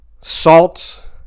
salt